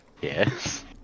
Yes